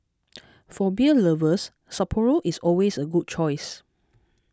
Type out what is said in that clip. for beer lovers Sapporo is always a good choice